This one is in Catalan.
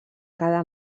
cada